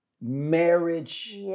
marriage